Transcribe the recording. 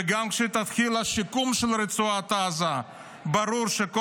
וגם כשיתחיל השיקום של רצועת עזה ברור שכל